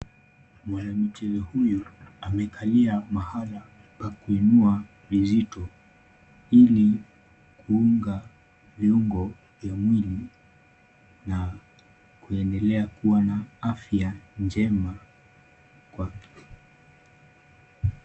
Mwanamke huyu, amekalia mahala pa kuinua vizito ili kuunga viungo vya mwili na kuendelea kua na afya njema kwake.